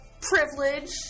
privilege